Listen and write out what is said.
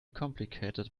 complicated